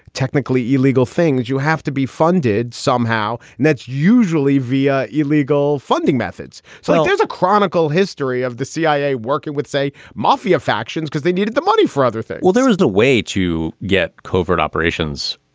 technically illegal things, you have to be funded somehow and that's usually via illegal funding methods. so there's a chronicle history of the cia working with, say, mafia factions because they needed the money for other things well, there is a way to get covert operations,